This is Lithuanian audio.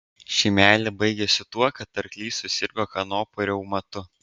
ši meilė baigėsi tuo kad arklys susirgo kanopų reumatu